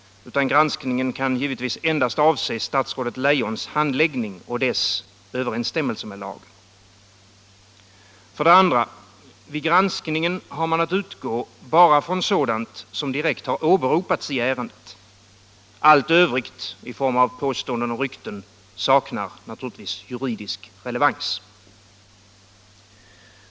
Granskningen kan givetvis avse endast statsrådet Leijons handläggning och dess överensstämmelse med lagen. För det andra: Vid granskningen har man att utgå bara från sådant som direkt åberopats i ärendet. Allt övrigt i form av påståenden och rykten saknar naturligtvis juridisk relevans.